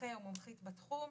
למומחה או מומחית בתחום.